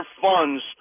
funds